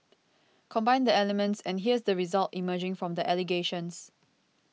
combine the elements and here's the result emerging from the allegations